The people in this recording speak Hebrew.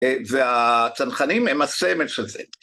והצנחנים הם הסמל של זה.